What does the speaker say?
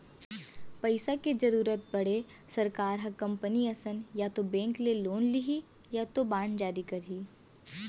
पइसा के जरुरत पड़े सरकार ह कंपनी असन या तो बेंक ले लोन लिही या बांड जारी करही